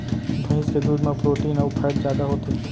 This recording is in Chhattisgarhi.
भईंस के दूद म प्रोटीन अउ फैट जादा होथे